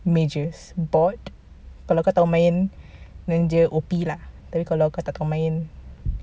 majors but kalau kau tahu main then dia O_P lah tapi kalau kau tak tahu main